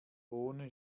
ohne